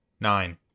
Nine